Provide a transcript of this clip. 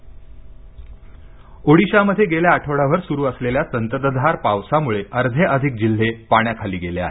ओडीशा पूर ओडिशामध्ये गेल्या आठवडाभर सुरू असलेल्या संततधार पावसामुळे अर्धे अधिक जिल्हे पाण्या खाली गेले आहेत